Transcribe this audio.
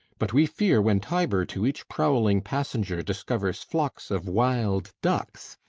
but we fear when tiber to each prowling passenger discovers flocks of wild ducks,